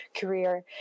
career